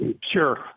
Sure